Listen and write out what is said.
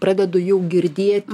pradedu jau girdėt